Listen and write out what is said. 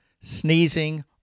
sneezing